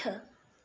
अट्ठ